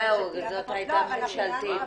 זהו, זאת היתה ממשלתית.